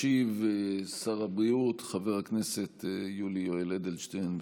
ישיב שר הבריאות חבר הכנסת יולי יואל אדלשטיין,